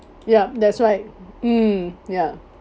ya that's right mm ya